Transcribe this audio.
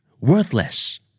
Worthless